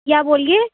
کیا بولیے